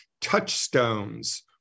touchstones